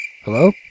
Hello